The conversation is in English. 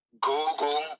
Google